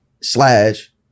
slash